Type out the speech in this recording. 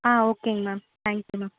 ஆ ஓகேங்க ma'am thank you ma'am